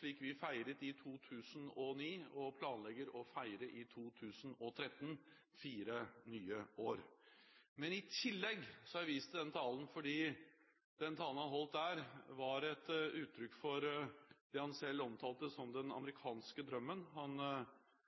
slik vi feiret i 2009, og som vi planlegger å feire i 2013 – fire nye år – men jeg har i tillegg vist til den talen fordi den var et uttrykk for det han selv omtalte som den amerikanske drømmen. Han